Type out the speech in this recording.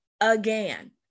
again